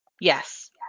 Yes